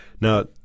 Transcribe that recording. Now